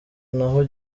naho